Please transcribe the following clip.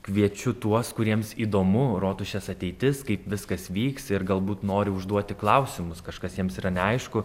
kviečiu tuos kuriems įdomu rotušės ateitis kaip viskas vyks ir galbūt nori užduoti klausimus kažkas jiems yra neaišku